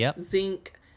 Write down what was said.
zinc